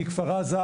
מכפר עזה,